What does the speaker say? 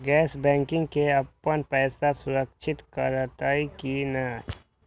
गैर बैकिंग में अपन पैसा सुरक्षित रहैत कि नहिं?